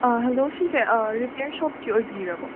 hello ꯁꯤꯁꯦ replace ꯁꯣꯞꯀꯤ ꯑꯣꯏꯕꯤꯔꯕꯣ